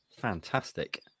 Fantastic